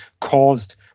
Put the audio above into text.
caused